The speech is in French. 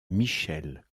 michel